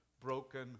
broken